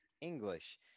English